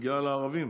בגלל הערבים.